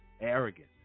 arrogant